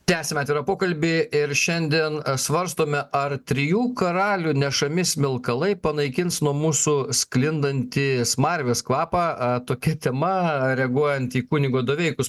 tęsiame pokalbį ir šiandien svarstome ar trijų karalių nešami smilkalai panaikins nuo mūsų sklindantį smarvės kvapą tokia tema reaguojant į kunigo doveikus